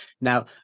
Now